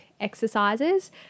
exercises